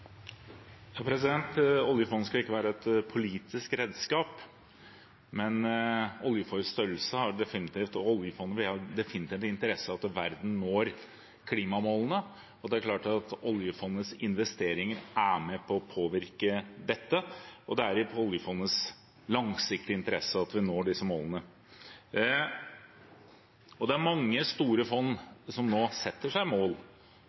Oljefondet skal ikke være et politisk redskap, men oljefondet med sin størrelse har definitivt – og vi har definitivt – en interesse av at verden når klimamålene. Det er klart at oljefondets investeringer er med på å påvirke dette, og det er i oljefondets langsiktige interesse at vi når disse målene. Det er mange store fond som nå setter seg mål